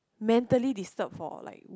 mentally disturbed for like